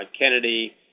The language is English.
Kennedy